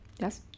Yes